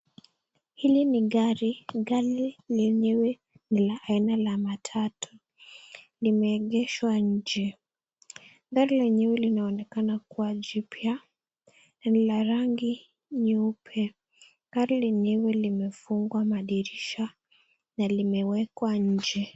Hili ni gari , gari lenyewe ni la aina la matatu, limeegeshwa nje. Gari lenyewe linaonekana kuwa jipya la rangi nyeupe . Gari lenyewe limefungwa madirisha na limewekwa nje.